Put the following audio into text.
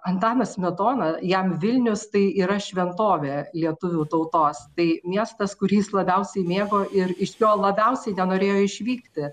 antanas smetona jam vilnius tai yra šventovė lietuvių tautos tai miestas kurį jis labiausiai mėgo ir iš jo labiausiai nenorėjo išvykti